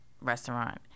restaurant